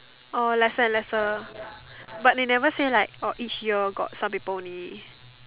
uh lesser and lesser but they never say like orh each year got some people only